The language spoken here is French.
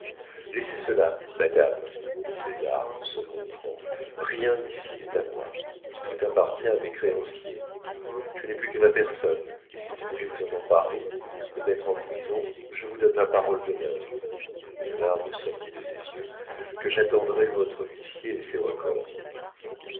laissez cela madame dit césar en se montrant rien ici n'est à moi tout appartient à mes créanciers je n'ai plus que ma personne et si vous voulez vous en emparer me mettre en prison je vous donne ma parole d'honneur une larme sortit de ses yeux que j'attendrai votre huissier et ses recors